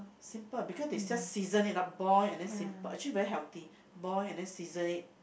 simple because they just season it up boil and then simple actually very healthy boil and then season it